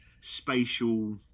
spatial